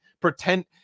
pretend